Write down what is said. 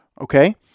Okay